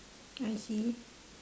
I see